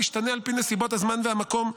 המשתנה על פי נסיבות הזמן והמקום,